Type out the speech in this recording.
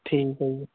ਠੀਕ ਹੈ ਜੀ